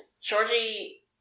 Georgie